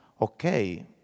okay